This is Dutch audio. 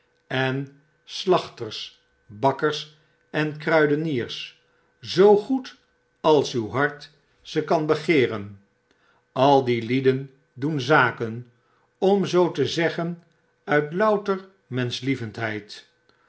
en slachters bakkers en kruideniers zoo goed als uw hart ze kan begeeren al die lieden doen zaken om zoo te zeggen uit louter menschlievendheid